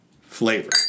flavor